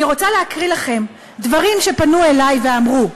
אני רוצה לקרוא לכם דברים של אנשים שפנו אלי ואמרו,